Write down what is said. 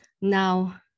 now